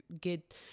get